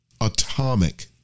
Atomic